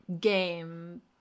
game